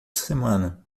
semana